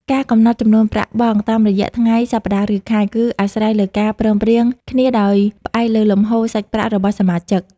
ការកំណត់ចំនួនទឹកប្រាក់បង់ និងរយៈពេល (ថ្ងៃ សប្ដាហ៍ ឬខែ) គឺអាស្រ័យលើការព្រមព្រៀងគ្នាដោយផ្អែកលើលំហូរសាច់ប្រាក់របស់សមាជិក។